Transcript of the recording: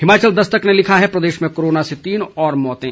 हिमाचल दस्तक ने लिखा है प्रदेश में कोरोना से तीन और मौतें